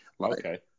Okay